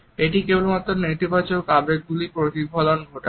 এটি কেবলমাত্র নেতিবাচক আবেগগুলি প্রতিফলন ঘটায়